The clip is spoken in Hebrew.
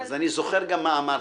אז אני זוכר גם מה אמרתי.